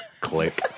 Click